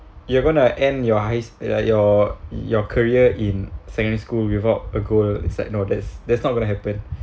you're gonna end your highs ya your your career in secondary school without a goal inside no that's that's not gonna happen